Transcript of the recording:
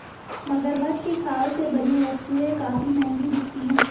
मगरमच्छ की खाल से बनी वस्तुएं काफी महंगी बिकती हैं